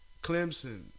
Clemson